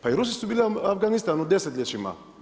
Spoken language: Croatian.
Pa i Rusi su bili Afganistan u desetljećima.